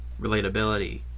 relatability